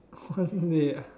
one day ah